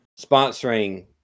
sponsoring